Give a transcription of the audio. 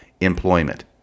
employment